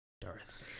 Darth